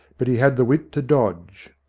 but he had the wit to dodge.